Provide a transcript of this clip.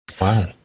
Wow